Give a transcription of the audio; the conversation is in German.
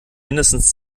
mindestens